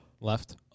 Left